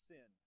Sin